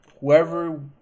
whoever